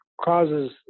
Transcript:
causes